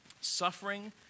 Suffering